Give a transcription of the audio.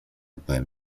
byłem